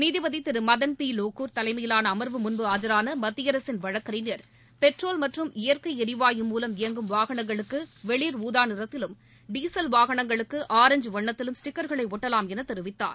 நீதிபதி திரு மதன் பி லோகூர் தலைமையிலான அமர்வு முன்பு ஆஜரான மத்திய அரசின் வழக்கறிஞர் பெட்ரோல் மற்றும் இயற்கை ளிவாயு மூலம் இயங்கும் வாகனங்களுக்கு வெளிர் ஊதாநிறத்திலும் டீசல் வாகனங்களுக்கு ஆரஞ்ச் வண்ணத்திலும் ஸ்டிக்கா்களை ஒட்டலாம் என தெரிவித்தார்